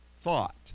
thought